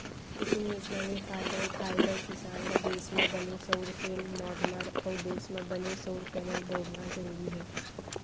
कुसुम योजना ले फायदा उठाए बर किसान ल देस म बने सउर सेल, माँडलर अउ देस म बने सउर पैनल बउरना जरूरी हे